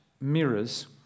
mirrors